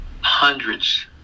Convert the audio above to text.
hundreds